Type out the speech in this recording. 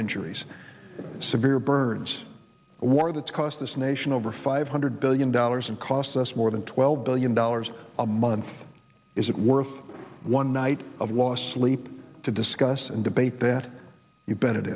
injuries severe burns war that's cost this nation over five hundred billion dollars and costs us more than twelve billion dollars a month is it worth one night of lost sleep to discuss and debate that you bet it